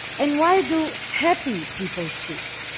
and why do happy people cheat?